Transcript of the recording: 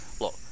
Look